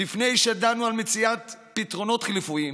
לפני שידענו על מציאת פתרונות חלופיים